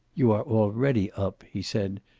you are already up, he said,